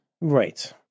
Right